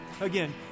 again